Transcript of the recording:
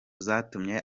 zatumye